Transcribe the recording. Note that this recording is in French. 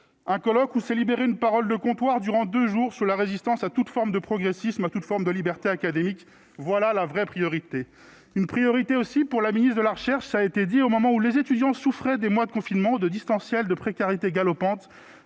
Un colloque où se libérer une parole de comptoir durant 2 jours sur la résistance à toute forme de progressisme toute forme de liberté académique, voilà la vraie priorité une priorité aussi pour la ministre de la recherche, ça a été dit au moment où les étudiants souffrait des mois de confinement de distanciel de précarité galopante